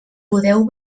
podeu